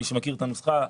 מי שמכיר את הנוסחה,